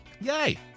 Yay